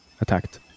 attacked